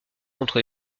contre